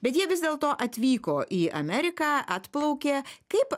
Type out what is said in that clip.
bet jie vis dėlto atvyko į ameriką atplaukė kaip